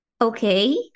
Okay